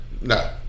no